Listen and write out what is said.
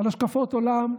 על השקפות עולם,